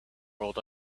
rolled